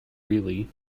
really